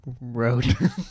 road